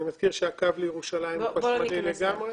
אני מזכיר שהקו לירושלים הוא חשמלי לגמרי.